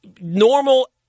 normal